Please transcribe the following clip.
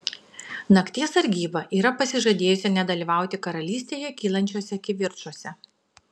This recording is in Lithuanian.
nakties sargyba yra pasižadėjusi nedalyvauti karalystėje kylančiuose kivirčuose